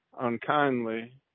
unkindly